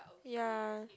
ya